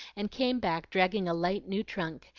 and came back dragging a light new trunk,